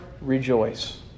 rejoice